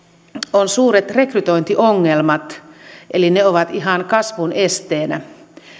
on suuret rekrytointiongelmat eli ne ovat ihan kasvun esteenä